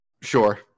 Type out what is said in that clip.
Sure